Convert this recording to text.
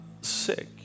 sick